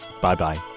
bye-bye